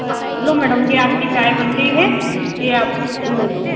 हाँ लो मैडम ये आपकी चाय बन गई है ये आप ले लो